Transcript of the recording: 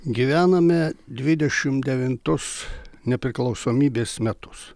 gyvename dvidešimt devintus nepriklausomybės metus